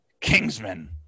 Kingsman